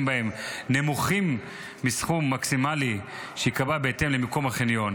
בהם נמוכים מסכום מקסימלי שייקבע בהתאם למיקום החניון.